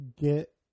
get